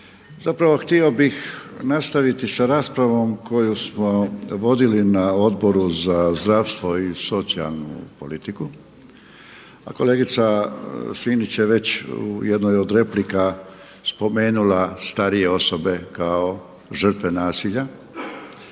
zapravo htio bih nastaviti sa raspravom koju smo vodili na Odboru za zdravstvo i socijalnu politiku. A kolegica … je već u jednoj od replika spomenula starije osobe kao žrtve nasilja,